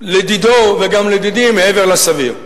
לדידו וגם לדידי, מעבר לסביר.